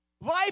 Life